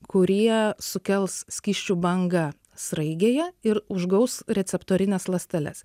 kurie sukels skysčių bangą sraigėje ir užgaus receptorines ląsteles